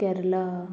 Kerala